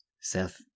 Seth